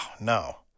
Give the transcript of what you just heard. no